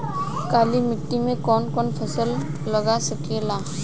काली मिट्टी मे कौन कौन फसल लाग सकेला?